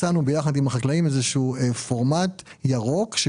מצאנו יחד עם החקלאים איזשהו פורמט ירוק,